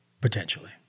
potentially